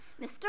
Mr